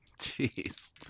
Jeez